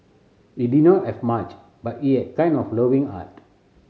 he did not have much but he had kind and loving heart